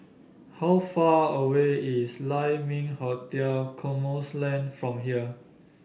how far away is Lai Ming Hotel Cosmoland from here